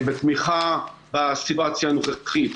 בתמיכה בסיטואציה הנוכחית.